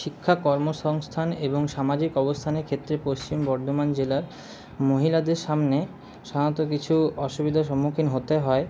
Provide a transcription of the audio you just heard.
শিক্ষা কর্মসংস্থান এবং সামাজিক অবস্থানের ক্ষেত্রে পশ্চিম বর্ধমান জেলার মহিলাদের সামনে সাধারণত কিছু অসুবিধার সম্মুখীন হতে হয়